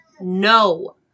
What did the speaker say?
No